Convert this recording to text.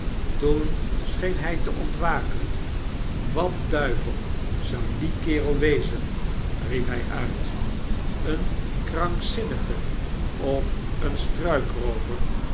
toen scheen hij te ontwaken wat duivel zou die kerel wezen riep hij uit een krankzinnige of een